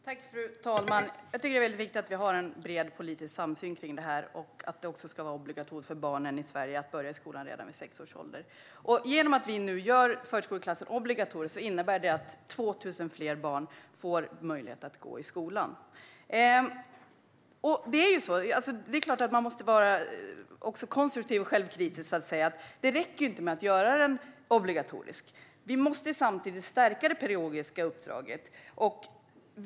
Fru talman! Jag tycker att det är mycket viktigt att vi har en bred politisk samsyn om detta och att det också ska vara obligatoriskt för barn i Sverige att börja i skolan redan vid sex års ålder. Att vi nu gör förskoleklassen obligatorisk innebär att 2 000 fler barn får möjlighet att gå i skolan. Det är klart att man också måste vara konstruktiv och självkritisk. Det räcker inte att göra förskoleklassen obligatorisk. Vi måste samtidigt stärka det pedagogiska uppdraget.